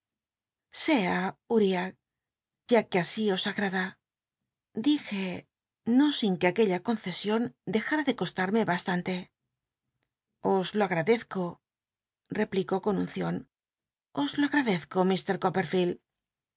sea uriah ya que así os agrada dije no sin juc aquella conccsion dejara de costarmc bas tante os lo agradezco replicó con uncion os lo agradezco